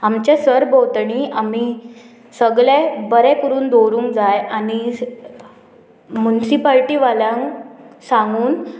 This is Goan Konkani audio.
आमचे सरभोंवतणी आमी सगळे बरें करून दवरूंक जाय आनी मुन्सिपाल्टी वाल्यांक सांगून